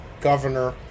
governor